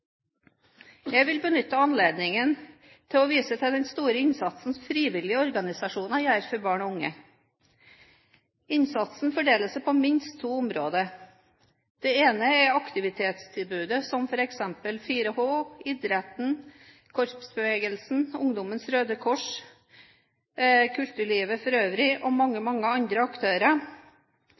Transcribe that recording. Jeg vil benytte anledningen til å vise til den store innsatsen frivillige organisasjoner gjør for barn og unge. Innsatsen fordeler seg på minst to områder. Det ene er aktivitetstilbudet som f.eks. 4H, idretten, korpsbevegelsen, Ungdommens Røde Kors, kulturlivet for øvrig og mange andre aktører